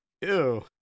Ew